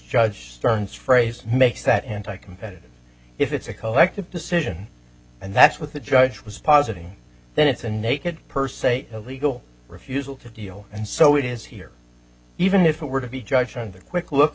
judge stern's phrase makes that anti competitive if it's a collective decision and that's what the judge was positing then it's a naked per se illegal refusal to deal and so it is here even if it were to be judged on the quick look